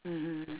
mmhmm